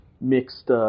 mixed –